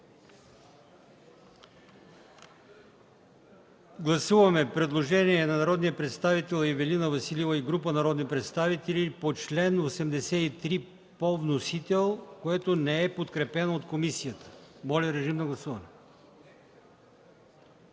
Гласуваме предложението на народния представител Ивелина Василева и група народни представители по чл. 74 по вносител, което не е подкрепено от комисията. Гласували